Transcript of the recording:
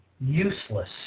useless